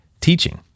teaching